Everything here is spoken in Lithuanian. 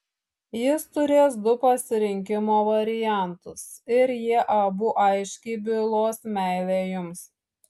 jis turės du pasirinkimo variantus ir jie abu aiškiai bylos meilę jums